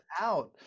out